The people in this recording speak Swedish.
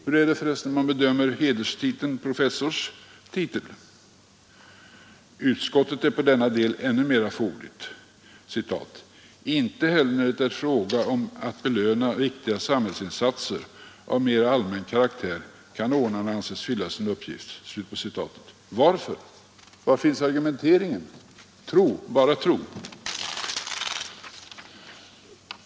Hur är det för resten man bedömer i fråga om utmärkelsen professors titel? Utskottet är i denna del ännu mera fåordigt: ”Inte heller när det är fråga om att belöna viktiga samhällsinsatser av mer allmän karaktär kan ordnarna anses fylla sin uppgift.” Varför? Var finns argumenteringen? Tro, bara tro!